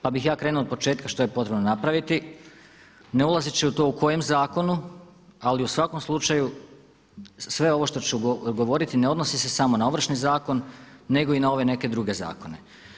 Pa bih ja krenuo od početka što je potrebno napraviti ne ulazeći u to u kojem zakonu ali u svakom slučaju sve ovo što ću govoriti ne odnosi se samo na Ovršni zakon nego i na ove neke druge zakone.